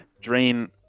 Drain